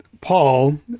Paul